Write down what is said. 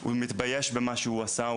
הוא מתבייש במה שהוא עשה.